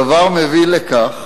הדבר מביא לכך